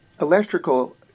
electrical